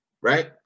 right